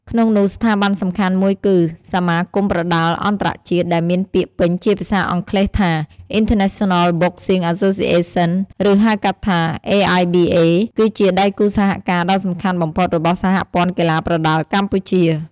ក្នុងនោះ ស្ថាប័នសំខាន់មួយគឺ សមាគមប្រដាល់អន្តរជាតិ ដែលមានពាក្យពេញជាភាសាអង់គ្លេសថា International Boxing Association ឬ ហៅកាត់ថា AIBA គឺជាដែគូសហការដ៏សំខាន់បំផុតរបស់ សហព័ន្ធកីឡាប្រដាល់កម្ពុជា ។